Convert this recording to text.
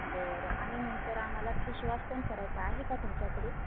बरं आणि नंतर आम्हाला फेशवाश पण करायचा आहे का तुमच्याकडे